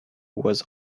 was